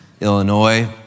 Illinois